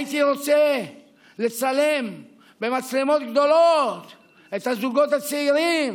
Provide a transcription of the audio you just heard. הייתי רוצה לצלם במצלמות גדולות את הזוגות הצעירים